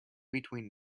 between